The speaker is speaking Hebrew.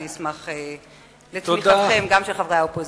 אני אשמח על תמיכתכם, גם של חברי האופוזיציה.